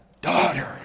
daughter